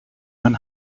when